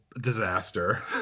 disaster